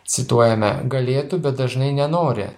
cituojame galėtų bet dažnai nenori